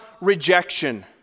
rejection